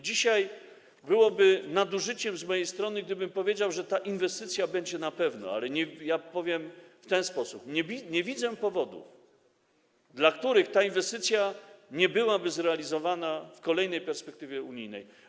Dzisiaj byłoby nadużyciem z mojej strony, gdybym powiedział, że ta inwestycja będzie na pewno, ale powiem w ten sposób: nie widzę powodów, dla których ta inwestycja nie byłaby zrealizowana w kolejnej perspektywie unijnej.